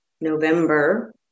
November